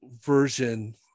version